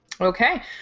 Okay